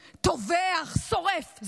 טובח, שורף.